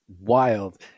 wild